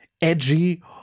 Edgy